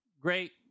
Great